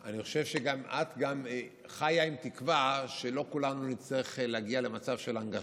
אני חושב שגם את חיה עם תקווה שלא כולנו נצטרך להגיע למצב של הנגשה.